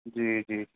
جی جی